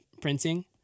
printing